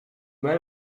mij